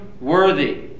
worthy